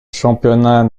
championnat